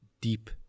deep